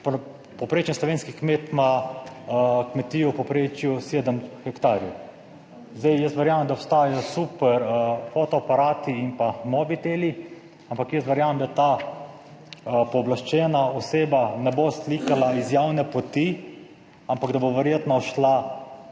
povprečen slovenski kmet ima kmetijo v povprečju sedem hektarjev. Zdaj jaz verjamem, da obstajajo super fotoaparati in pa mobiteli, ampak jaz verjamem, da ta pooblaščena oseba ne bo slikala iz javne poti, ampak da bo verjetno šla